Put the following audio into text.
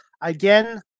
again